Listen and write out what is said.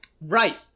Right